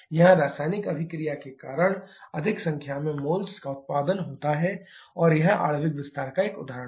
यहाँ रासायनिक अभिक्रिया के कारण अधिक संख्या में मोल्स का उत्पादन होता है और यह आणविक विस्तार का एक उदाहरण है